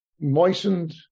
moistened